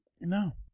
No